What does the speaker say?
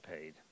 paid